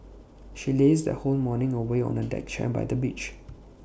she lazed her whole morning away on A deck chair by the beach